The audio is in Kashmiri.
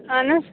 اہَن حَظ